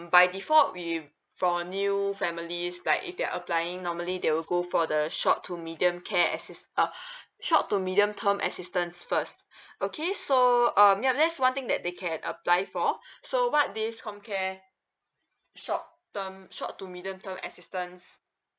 by default we for new families like if they're applying normally they will go for the short to medium care assis~ uh short to medium term assistance first okay so um ya that's one thing that they can apply for so what this comcare short term short to medium term assistance